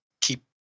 keep